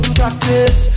practice